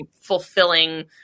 fulfilling